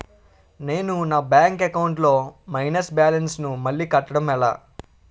నేను నా bank account లొ మైనస్ బాలన్స్ ను మళ్ళీ కట్టడం ఎలా?